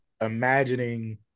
imagining